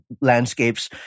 landscapes